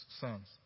sons